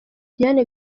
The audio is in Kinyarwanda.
diane